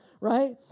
right